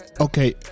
Okay